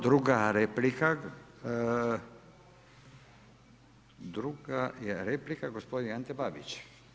Druga replika, druga je replika gospodin Ante Babić.